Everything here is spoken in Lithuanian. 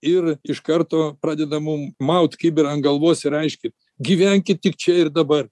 ir iš karto pradeda mum maut kibirą ant galvos ir aiškint gyvenkit tik čia ir dabar